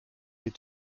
est